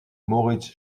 moritz